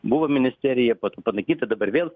buvo ministerija po to panaikinta dabar vėl